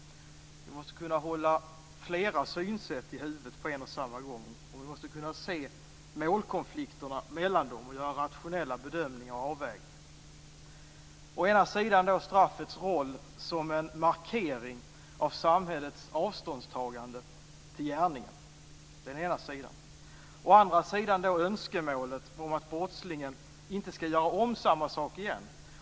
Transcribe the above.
Vi måste kunna hålla flera synsätt i huvudet på en och samma gång, och vi måste kunna se målkonflikterna mellan dem och göra rationella bedömningar och avvägningar. Å ena sidan handlar det om straffets roll som en markering av samhällets avståndstagande till gärningen. Å andra sidan handlar det om önskemålet att brottslingen inte skall göra om samma sak igen.